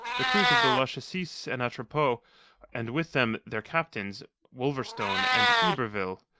the crews of the lachesis and atropos and with them their captains, wolverstone and yberville,